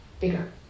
bigger